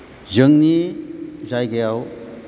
जोंनि जायगायाव